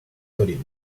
torino